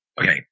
Okay